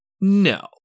No